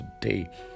today